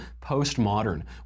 postmodern